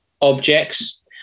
objects